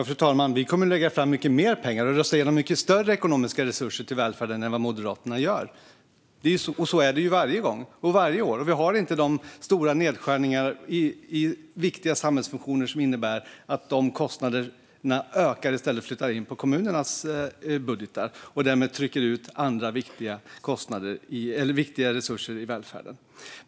Fru talman! Vi kommer att lägga fram mycket mer pengar och rösta igenom mycket större ekonomiska resurser till välfärden än vad Moderaterna gör, och så är det varje gång och varje år. Vi gör inte heller stora nedskärningar i viktiga samhällsfunktioner som innebär att dessa kostnader ökar och flyttar in i kommunernas budgetar och därmed trycker ut andra viktiga resurser i välfärden.